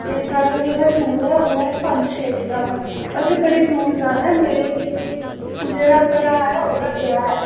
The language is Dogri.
ते साढ़ा जेह्ड़ा टूर ऐ ओह् ऐ पंज छे दिनै दा असें बड़ी दूर जाना ऐ मेरे जेह्ड़ा भ्राऽ ऐ ओह्दा ब्याह् ऐ